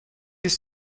است